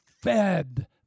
fed